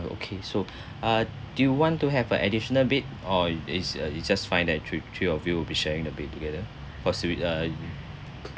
okay so uh do you want to have a additional bed or is uh it's just fine that three three of you will be sharing the bed together cause with uh